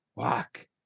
fuck